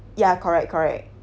ya correct correct